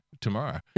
tomorrow